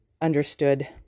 understood